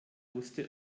wusste